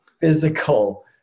physical